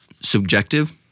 subjective